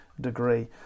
degree